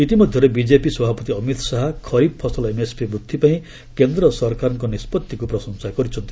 ଇତିମଧ୍ୟରେ ବିଜେପି ସଭାପତି ଅମିତ୍ ଶାହା ଖରିଫ୍ ଫସଲ ଏମ୍ଏସ୍ପି ବୃଦ୍ଧି ପାଇଁ କେନ୍ଦ୍ର ସରକାରଙ୍କ ନିଷ୍ପଭିକୁ ପ୍ରଶଂସା କରିଛନ୍ତି